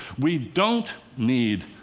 we don't need